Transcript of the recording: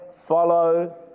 follow